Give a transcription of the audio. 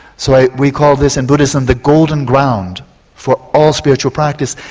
so we call this in buddhism the golden ground for all spiritual practice,